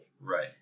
Right